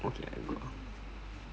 okay lah go